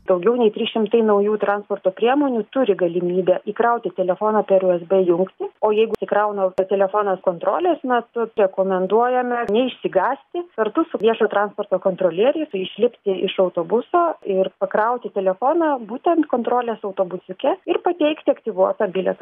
daugiau nei trys šimtai naujų transporto priemonių turi galimybę įkrauti telefoną per u es b jungtį o jeigu įkrauna telefonas kontrolės metu rekomenduojame neišsigąsti kartu su viešojo transporto kontrolieriais išlipti iš autobuso ir pakrauti telefoną būtent kontrolės autobusiuke ir pateikti aktyvuotą bilietą